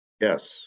Yes